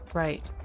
right